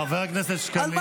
חבר הכנסת שקלים.